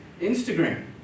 Instagram